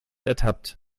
ertappt